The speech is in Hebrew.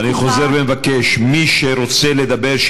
אני חוזר ומבקש: מי שרוצה לדבר,